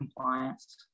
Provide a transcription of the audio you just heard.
compliance